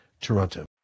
Toronto